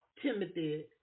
Timothy